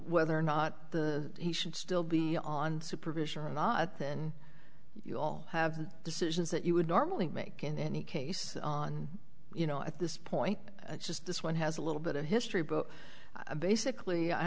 whether or not he should still be on supervision or not then you all have decisions that you would normally make in any case on you know at this point just this one has a little bit of history book basically i